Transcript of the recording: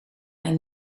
mij